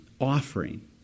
offering